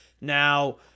Now